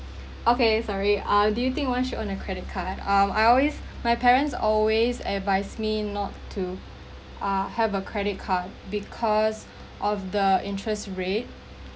okay sorry ah do you think one should on a credit card um I always my parents always advise me not to ah have a credit card because of the interest rate